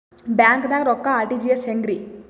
ಬ್ಯಾಂಕ್ದಾಗ ರೊಕ್ಕ ಆರ್.ಟಿ.ಜಿ.ಎಸ್ ಹೆಂಗ್ರಿ?